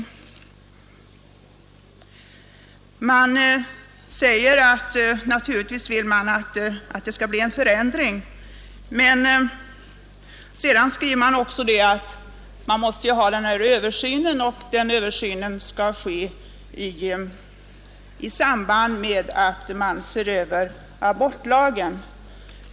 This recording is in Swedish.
Utskottet säger sig naturligtvis vilja att det skall bli en förändring, men sedan skriver utskottet att det måste göras en översyn och att den skall ske i samband med att man ser över abortlagen.